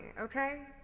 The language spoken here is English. okay